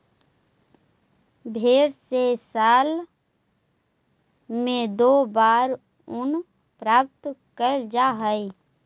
भेंड से साल में दो बार ऊन प्राप्त कैल जा हइ